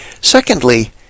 secondly